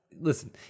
Listen